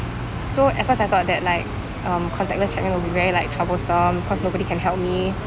so at first I thought that like um contactless check in would be very like troublesome because nobody can help me